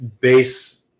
base